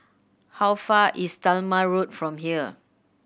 how far is Talma Road from here